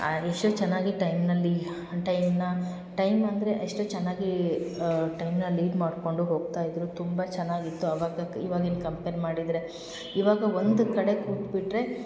ಆ ಎಷ್ಟೋ ಚೆನ್ನಾಗಿ ಟೈಮ್ನಲ್ಲಿ ಟೈಮ್ನಾ ಟೈಮ್ ಅಂದರೆ ಎಷ್ಟು ಚೆನ್ನಾಗಿ ಟೈಮ್ನ ಲೀಡ್ ಮಾಡ್ಕೊಂಡು ಹೋಗ್ತಾಯಿದ್ದರು ತುಂಬಾ ಚೆನ್ನಾಗಿತ್ತು ಅವಾಗಕ್ ಇವಾಗಿನ ಕಂಪೇರ್ ಮಾಡಿದರೆ ಇವಾಗ ಒಂದು ಕಡೆ ಕೂತ್ಬಿಟ್ಟರೆ